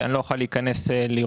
ואני לא אוכל להיכנס ולראות.